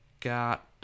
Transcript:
got